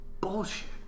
Bullshit